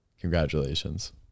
Congratulations